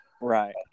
Right